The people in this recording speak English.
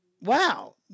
wow